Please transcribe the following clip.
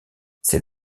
c’est